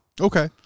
Okay